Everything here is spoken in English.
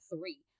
three